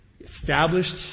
Established